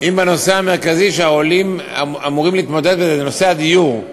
שזה נושא הדיור,